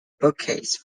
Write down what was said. bookcase